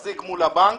מחזיק מול הבנק,